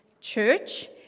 church